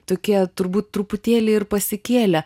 tokie turbūt truputėlį ir pasikėlę